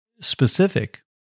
specific